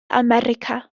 america